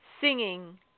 singing